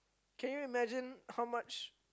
can you imagine how much